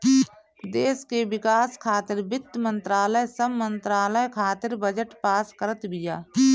देस के विकास खातिर वित्त मंत्रालय सब मंत्रालय खातिर बजट पास करत बिया